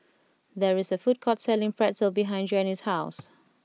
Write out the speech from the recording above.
there is a food court selling Pretzel behind Janie's house